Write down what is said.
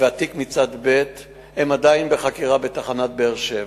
והתיק מצד ב' הם עדיין בחקירה בתחנת באר-שבע.